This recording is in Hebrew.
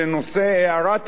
הערת אגב?